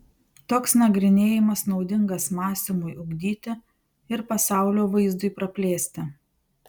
toks nagrinėjimas naudingas mąstymui ugdyti ir pasaulio vaizdui praplėsti